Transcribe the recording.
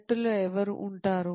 జట్టులో ఎవరు ఉంటారు